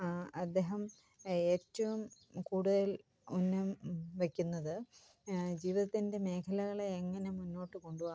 അദ്ദേഹം ഏറ്റവും കൂടുതൽ ഉന്നം വയ്ക്കുന്നത് ജീവിതത്തിൻ്റെ മേഖലകളെ എങ്ങനെ മുന്നോട്ട് കൊണ്ടുപോകാം